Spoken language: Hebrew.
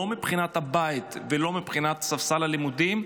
לא מבחינת הבית ולא מבחינת ספסל הלימודים,